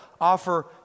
offer